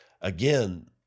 again